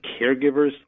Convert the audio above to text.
caregivers